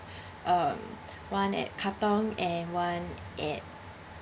um one at cartown and one at